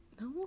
no